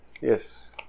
Yes